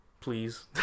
please